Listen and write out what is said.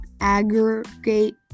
aggregate